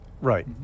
Right